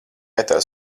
vietā